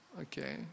Okay